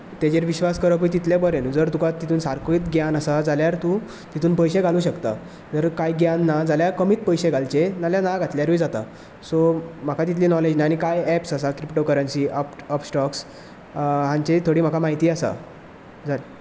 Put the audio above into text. तेजेर विश्वास करपूय तितले बरें न्हू जर तुका तेतून सारकोच ज्ञान आसा जाल्यार तूं तितून पयशे घालूंक शकता तर कांयच ज्ञान ना जाल्यार कमीच पयशे घालचें ना जाल्यार ना घातल्यारूय जाता सो म्हाका तितली नॉलेज ना तर कांय ऍप्स आसात क्रिप्टोकरंसी अपस्टोक्स हांची थोडी म्हाका म्हायती आसा जालें